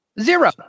zero